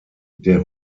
der